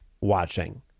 watching